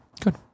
Good